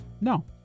No